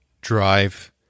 drive